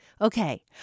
Okay